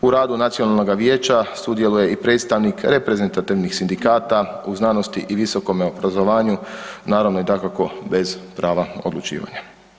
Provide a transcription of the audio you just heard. U radu nacionalnoga vijeća sudjeluje i predstavnik reprezentativnih sindikata u znanosti i visokome obrazovanju naravno i dakako bez prava odlučivanja.